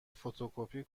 فتوکپی